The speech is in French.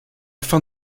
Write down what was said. fin